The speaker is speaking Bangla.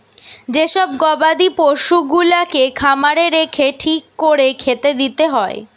যে সব গবাদি পশুগুলাকে খামারে রেখে ঠিক কোরে খেতে দিতে হয়